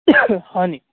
হয়নি